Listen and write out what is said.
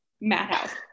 madhouse